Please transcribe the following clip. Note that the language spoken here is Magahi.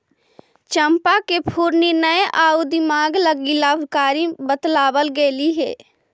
चंपा के फूल निर्णय आउ दिमाग लागी लाभकारी बतलाबल गेलई हे